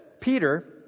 Peter